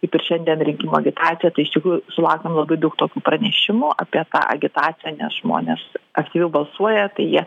kaip ir šiandien rinkimų agitacija tai iš tikrųjų sulaukėm labai daug tokių pranešimų apie tą agitaciją nes žmonės aktyviau balsuoja tai jie